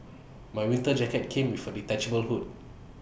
my winter jacket came with A detachable hood